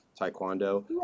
taekwondo